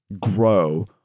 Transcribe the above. grow